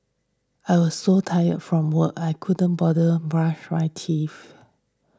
I was so tired from work I couldn't bother brush my teeth